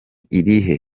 irihe